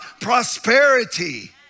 prosperity